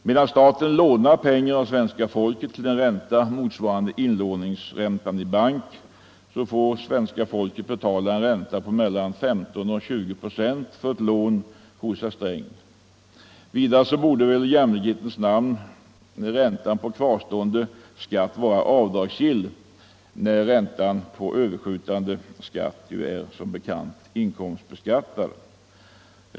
Medan staten lånar pengar av svenska folket till en ränta motsvarande inlåningsräntan i bank får svenska folket betala en ränta på 15-20 procent för ett lån hos herr Sträng. Vidare borde i jämlikhetens namn räntan på kvarstående skatt vara avdragsgill, när räntan på överskjutande skatt som bekant är inkomstbeskattad.